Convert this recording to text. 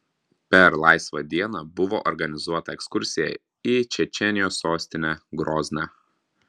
per laisvą dieną buvo organizuota ekskursija į čečėnijos sostinę grozną